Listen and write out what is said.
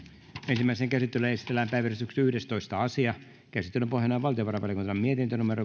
ensimmäiseen käsittelyyn esitellään päiväjärjestyksen yhdestoista asia käsittelyn pohjana on valtiovarainvaliokunnan mietintö